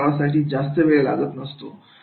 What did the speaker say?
अशा सरावासाठी जास्त वेळ लागत नसतो